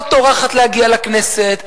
לא טורחת להגיע לכנסת,